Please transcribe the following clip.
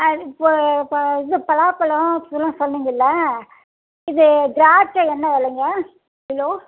ஆ இப்போது ப இது பலாப்பழம் இதெலாம் சொன்னிங்கள்லை இது திராட்சை என்ன விலைங்க கிலோ